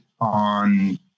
on